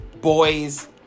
boys